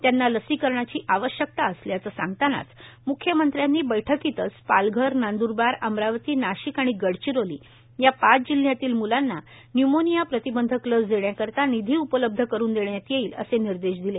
त्यांना लसीकरणाची आवश्यकता असल्याचं सांगताच म्ख्यमंत्र्यांनी बैठकीतच पालघर नंद्रबार अमरावती नाशिक आणि गडचिरोली या पाच जिल्ह्यांतील मुलांना न्युमोनिया प्रतिबंधक लस देण्याकरिता निधी उपलब्ध करुन देण्यात येईल असे निर्देश दिले